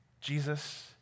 Jesus